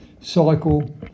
cycle